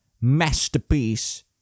masterpiece